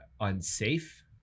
unsafe